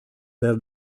per